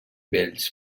bells